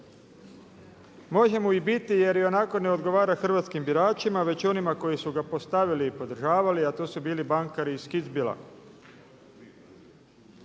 Možemo i biti jer ionako ne odgovara hrvatskim biračima već onima koji su ga postavili i podržavali a to su bili bankari iz Kitzbühela.